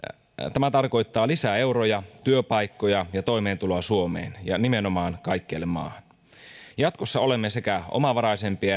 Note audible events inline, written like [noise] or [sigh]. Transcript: tämä tarkoittaa lisää euroja työpaikkoja ja toimeentuloa suomeen ja nimenomaan kaikkialle maahan jatkossa olemme sekä omavaraisempia [unintelligible]